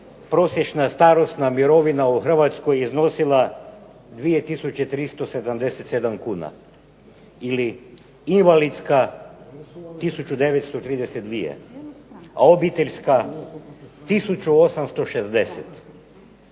prosječna starosna mirovina u Hrvatskoj iznosila 2 tisuće 377 kuna ili invalidska tisuću 932, a obiteljska tisuću